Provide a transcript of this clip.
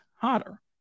hotter